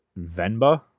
Venba